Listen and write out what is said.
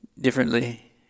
differently